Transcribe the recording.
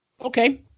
Okay